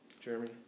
Jeremy